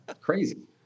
crazy